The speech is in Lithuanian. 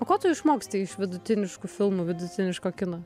o ko tu išmoksti iš vidutiniškų filmų vidutiniško kino